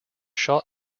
shot